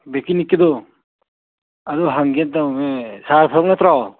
ꯑꯗꯨ ꯍꯪꯒꯦ ꯇꯧꯅꯦ ꯁꯥꯔ ꯑꯁꯣꯛ ꯅꯠꯇ꯭ꯔꯣ